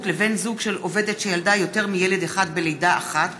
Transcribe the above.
לבן זוג של עובדת שילדה יותר מילד אחד בלידה אחת),